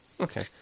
Okay